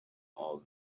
all